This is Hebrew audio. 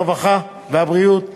הרווחה והבריאות,